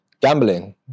gambling